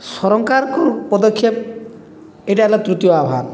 ସରକାରଙ୍କୁ ପଦକ୍ଷେପ ଏଇଟା ହେଲା ତୃତୀୟ ଆହ୍ଵାନ